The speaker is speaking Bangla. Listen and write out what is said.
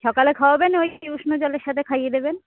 সকালে খাওয়াবেন ওই উষ্ণ জলের সাথে খাইয়ে দেবেন